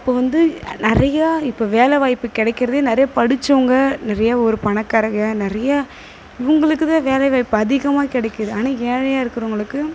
அப்போ வந்து நிறையா இப்போ வேலைவாய்ப்பு கிடைக்கிறதே நிறையா படித்தவங்க நிறையா ஒரு பணக்காரங்க நிறையா இவங்களுக்குதான் வேலை வாய்ப்பு அதிகமாக கிடைக்கிது ஆனால் ஏழையாக இருக்கிறவங்களுக்கு